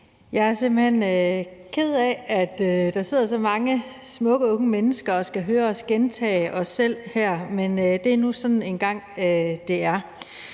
Jeg er simpelt hen ked af, at der sidder så mange smukke unge mennesker, som skal høre os gentage os selv her, men det er nu engang sådan, det er.